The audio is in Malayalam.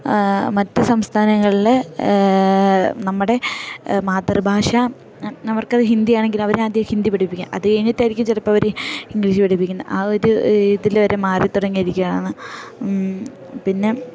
മറ്റ് സംസ്ഥാനങ്ങളില് നമ്മുടെ മാതൃഭാഷ അവർക്കത് ഹിന്ദിയാണെങ്കില് അവരെ ആദ്യം ഹിന്ദി പഠിപ്പിക്കുക അത് കഴിഞ്ഞിട്ടായിരിക്കും ചിലപ്പോൾ അവര് ഇംഗ്ലീഷ് പഠിപ്പിക്കുന്നത് ആ ഒരു ഇതില് വരെ മാറി തുടങ്ങിയിരിക്കുകയാണ് പിന്നെ